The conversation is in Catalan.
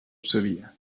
sabia